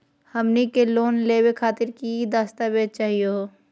हमनी के लोन लेवे खातीर की की दस्तावेज चाहीयो हो?